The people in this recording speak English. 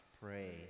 pray